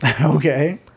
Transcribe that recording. Okay